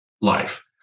life